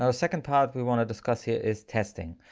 ah second part we wanna discuss here is testing.